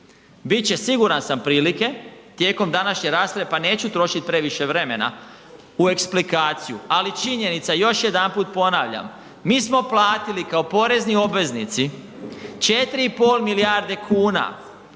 Bit će siguran sam prilike tijekom današnje rasprave pa neću trošiti previše vremena u eksplikaciju, ali činjenica još jedanput ponavljam, mi smo platili kao porezni obveznici 4,5 milijarde kuna